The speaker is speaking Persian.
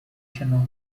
شناخت